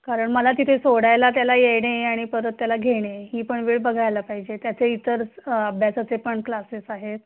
कारण मला तिथे सोडायला त्याला येणे आणि परत त्याला घेणे ही पण वेळ बघायला पाहिजे त्याचे इतर अभ्यासाचे पण क्लासेस आहेत